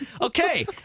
Okay